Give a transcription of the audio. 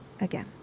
again